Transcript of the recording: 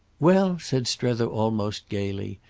well, said strether almost gaily,